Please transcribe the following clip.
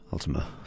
Ultima